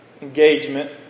engagement